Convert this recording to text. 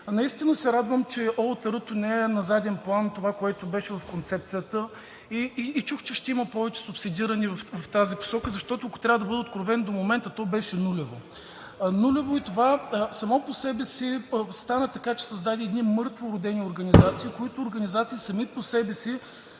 Наистина се радвам, че ОУТР-то не е на заден план – това, което беше в концепцията. Чух, че ще има повече субсидиране в тази посока, защото ако трябва да бъда откровен, до момента то беше нулево. Нулево и това само по себе си стана така, че създаде едни мъртвородени организации, които трябваше да тласнат